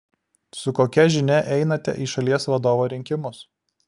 su kokia žinia einate į šalies vadovo rinkimus